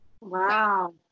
Wow